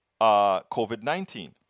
COVID-19